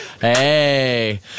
Hey